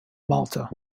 malta